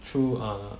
true err